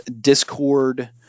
discord